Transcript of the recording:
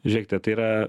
žiūrėkite tai yra